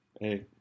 Hey